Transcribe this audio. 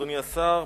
אדוני השר,